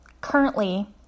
Currently